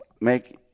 make